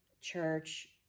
church